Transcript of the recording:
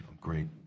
great